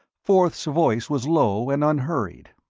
forth's voice was low and unhurried.